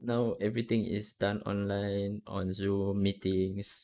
everything is done online on Zoom meetings